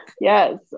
Yes